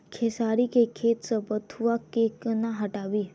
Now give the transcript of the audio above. खेसारी केँ खेत सऽ बथुआ केँ कोना हटाबी